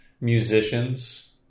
musicians